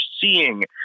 seeing